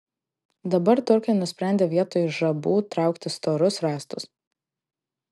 dabar turkai nusprendė vietoj žabų traukti storus rąstus